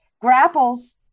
grapples